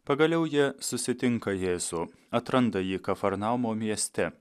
pagaliau jie susitinka jėzų atranda jį kafarnaumo mieste